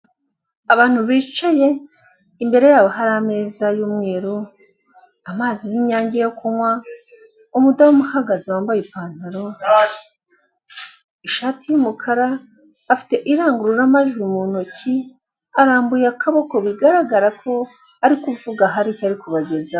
Abantu bicaye, imbere yabo hari ameza y'umweru, amazi y'inyange yo kunywa, umudamu uhagaze wambaye ipantaro, ishati y'umukara, afite irangurura majwi mu ntoki, arambuye akaboko bigaragara ko ari kuvuga, hari icyo ari kubagezaho.